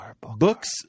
Books